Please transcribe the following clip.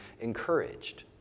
encouraged